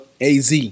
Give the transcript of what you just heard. AZ